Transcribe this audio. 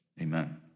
Amen